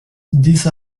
these